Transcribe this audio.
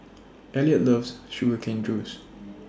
Eliot loves Sugar Cane Juice